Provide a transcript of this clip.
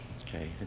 Okay